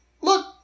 look